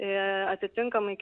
ir atitinkamai